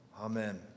Amen